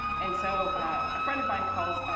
and so a friend of mine calls,